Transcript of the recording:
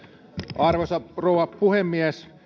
arvoisa rouva puhemies